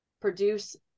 produce